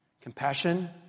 Compassion